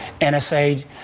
NSA